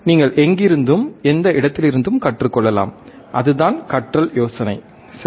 நீங்கள் எங்கிருந்தும் எந்த இடத்திலிருந்தும் கற்றுக்கொள்ளலாம் அதுதான் கற்றல் யோசனை சரி